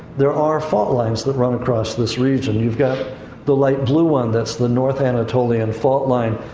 there are fault lines that run across this region. you've got the light blue one that's the north anatolian fault line.